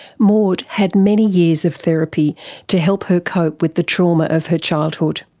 maude had many years of therapy to help her cope with the trauma of her childhood.